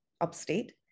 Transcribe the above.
upstate